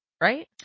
Right